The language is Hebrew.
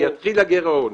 כשיתחיל הגירעון.